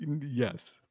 Yes